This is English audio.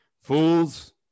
Fools